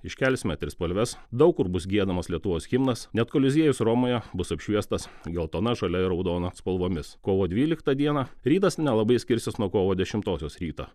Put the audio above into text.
iškelsime trispalves daug kur bus giedamas lietuvos himnas net koliziejus romoje bus apšviestas geltona žalia ir raudona spalvomis kovo dvyliktą dieną rytas nelabai skirsis nuo kovo dešimtosios ryto